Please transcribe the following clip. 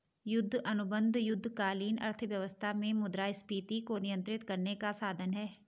युद्ध अनुबंध युद्धकालीन अर्थव्यवस्था में मुद्रास्फीति को नियंत्रित करने का साधन हैं